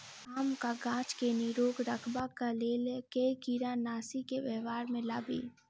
आमक गाछ केँ निरोग रखबाक लेल केँ कीड़ानासी केँ व्यवहार मे लाबी?